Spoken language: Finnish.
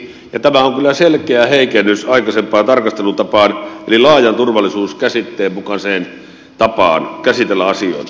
tämä on kyllä selkeä heikennys aikaisempaan tarkastelutapaan eli laajan turvallisuuskäsitteen mukaiseen tapaan käsitellä asioita